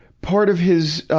part of his, ah,